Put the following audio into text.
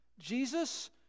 jesus